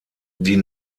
die